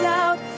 out